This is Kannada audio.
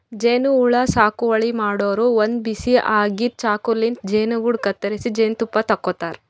ಜೇನಹುಳ ಸಾಗುವಳಿ ಮಾಡೋರು ಒಂದ್ ಬಿಸಿ ಆಗಿದ್ದ್ ಚಾಕುಲಿಂತ್ ಜೇನುಗೂಡು ಕತ್ತರಿಸಿ ಜೇನ್ತುಪ್ಪ ತಕ್ಕೋತಾರ್